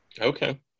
Okay